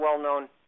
well-known